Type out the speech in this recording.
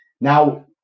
Now